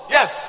Yes